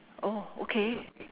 oh okay